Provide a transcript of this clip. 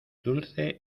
dulce